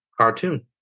cartoon